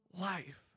life